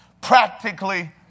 Practically